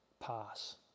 pass